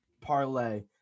parlay